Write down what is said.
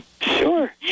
Sure